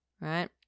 right